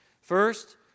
First